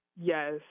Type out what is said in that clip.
Yes